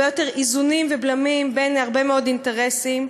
יותר איזונים ובלמים בין הרבה מאוד אינטרסים.